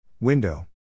Window